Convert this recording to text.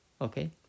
Okay